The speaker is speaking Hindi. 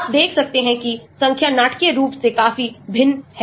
आप देख सकते हैं कि संख्या नाटकीय रूप से काफी भिन्न है